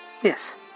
Yes